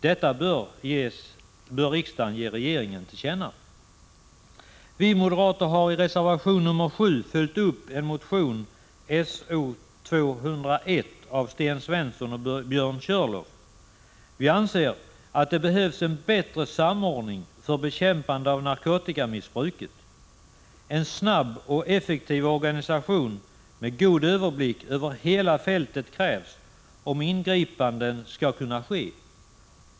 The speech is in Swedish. Detta bör riksdagen ge regeringen till känna. Vi moderater har i reservation 7 följt upp motion So201 av Sten Svensson och Björn Körlof. Vi anser att det behövs en bättre samordning för bekämpande av narkotikamissbruket. En snabb och effektiv organisation med god överblick över hela fältet krävs om ingripanden skall kunna ske.